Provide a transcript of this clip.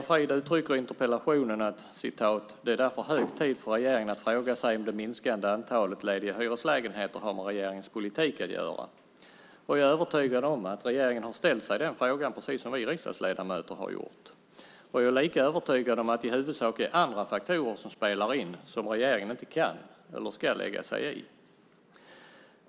Fru talman! I interpellationen uttrycker Egon Frid: "Det är därför hög tid för regeringen att fråga sig om det minskade antalet lediga hyreslägenheter har något med regeringens politik . att göra." Jag är övertygad om att regeringen har ställt sig den frågan, precis som vi riksdagsledamöter har gjort. Jag är lika övertygad om att det i huvudsak är andra faktorer som spelar in som regeringen inte kan eller ska lägga sig i.